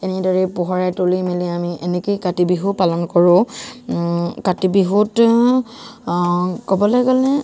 তেনেদৰে পোহৰাই তুলি মেলি আমি এনেকৈ কাতি বিহু পালন কৰো কাতি বিহুত ক'বলৈ গ'লে